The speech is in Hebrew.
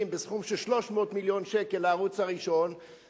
בסכום של 300 מיליון שקל לערוץ הראשון,